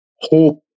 hope